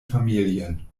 familien